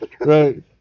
right